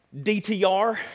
DTR